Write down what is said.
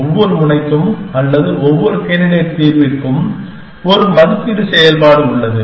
ஒவ்வொரு முனைக்கும் அல்லது ஒவ்வொரு கேண்டிடேட் தீர்விற்கும் ஒரு மதிப்பீட்டு செயல்பாடு உள்ளது